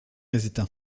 hésita